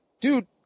dude